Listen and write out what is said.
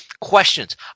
questions